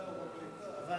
ועדה.